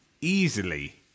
easily